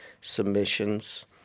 submissions